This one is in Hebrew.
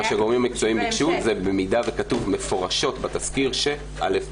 מה שהגורמים המקצועיים ביקשו זה במידה וכתוב מפורשות בתסקיר ש-א',